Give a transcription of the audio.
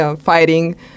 fighting